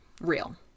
real